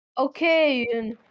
Okay